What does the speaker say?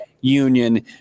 union